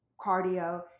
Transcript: cardio